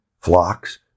flocks